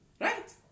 Right